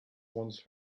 once